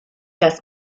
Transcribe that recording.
das